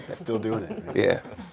still doing it. yeah.